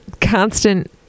constant